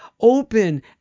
open